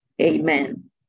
amen